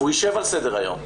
והוא יישב על סדר היום.